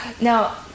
Now